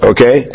Okay